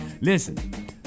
Listen